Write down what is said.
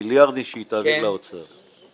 המיליארדים שהיא תעביר למשרד האוצר.